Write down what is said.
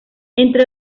entre